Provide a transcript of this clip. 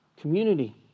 Community